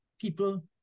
people